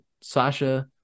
Sasha –